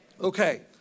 okay